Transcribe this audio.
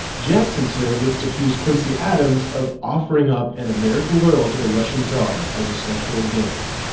jackson surrogates accused quincy adams of offering up an american girl to the russian czar as a sexual gift.